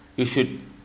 you should